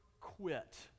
quit